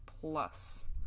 plus